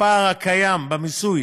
והפער הקיים במיסוי